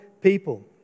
people